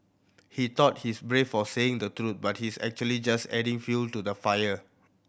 he thought he's brave for saying the truth but he's actually just adding fuel to the fire